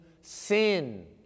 sin